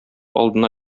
алдына